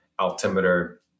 Altimeter